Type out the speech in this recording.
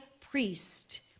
priest